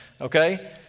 okay